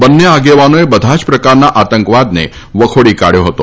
બંને આગેવાનોએ બધા જ પ્રકારના આતંકવાદને વખોડી કાઢ્યો હતો